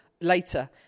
later